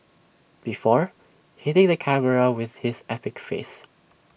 before hitting the camera with his epic face